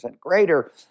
greater